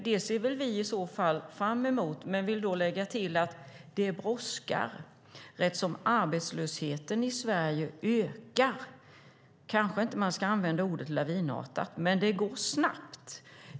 Det ser vi i så fall fram emot. Jag vill då lägga till att det brådskar eftersom arbetslösheten i Sverige ökar. Man kanske inte ska använda ordet lavinartat, men det går snabbt.